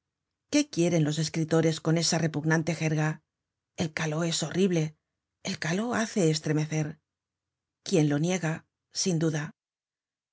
qué quieren los escritores con esa repugnante jerga el caló es horrible el caló hace estremecer quién lo niega sin duda